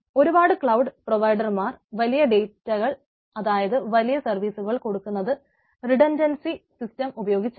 ഒരുപാട് ക്ലൌഡ് പ്രൊവയിഡർമാർ വലിയ ഡേറ്റകൾ അതായത് വലിയ സർവീസ്സുകൾ കൊടുക്കുന്നത് റിടൻറ്റന്റ്സി സിസ്റ്റം ഉപയോഗിച്ചാണ്